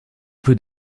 peu